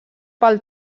pel